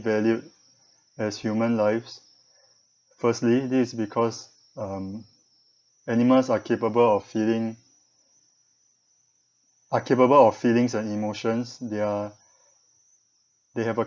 valued as human lives firstly this is because um animals are capable of feeling are capable of feelings and emotions their they have a